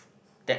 that